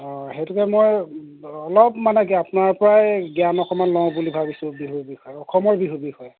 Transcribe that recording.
অ সেইটোকে মই অলপ মানে আপোনাৰ পৰাই জ্ঞান অকণমান লওঁ বুলি ভাবিছোঁ বিহুৰ বিষয়ে অসমৰ বিহুৰ বিষয়ে